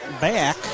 back